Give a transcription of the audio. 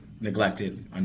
neglected